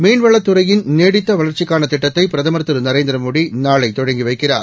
மீன்வளத் துறையின் நீடித்த வளர்ச்சிக்கான திட்டத்தை பிரதமர் திரு நரேந்திரமோடி நாளை தொடங்கி வைக்கிறார்